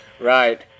right